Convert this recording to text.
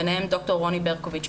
ביניהם ד"ר רוני ברקוביץ,